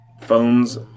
Phones